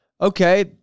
okay